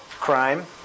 crime